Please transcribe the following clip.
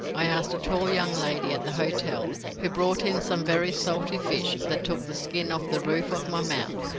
i asked a tall young lady at the hotel, who brought in some very salt fish that took the skin off the roof of my mouth,